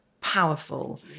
powerful